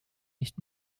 nicht